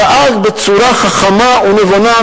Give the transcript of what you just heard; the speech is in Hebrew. הוא דאג בצורה חכמה ונבונה,